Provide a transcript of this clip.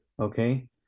Okay